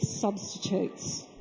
substitutes